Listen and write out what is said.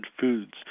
foods